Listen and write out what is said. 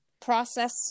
process